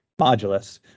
modulus